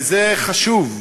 וזה חשוב,